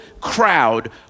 crowd